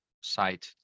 site